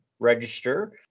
Register